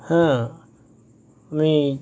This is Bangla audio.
হ্যাঁ আমি